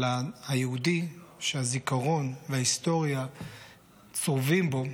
אבל היהודי שהזיכרון וההיסטוריה צרובים בו,